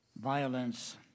violence